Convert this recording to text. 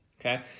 okay